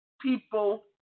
people